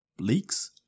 leaks